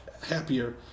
happier